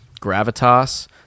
gravitas